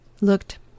looked